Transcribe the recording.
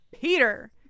Peter